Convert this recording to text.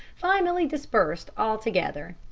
finally dispersed altogether.